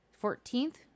Fourteenth